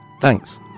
Thanks